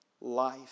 life